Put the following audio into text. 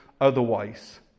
otherwise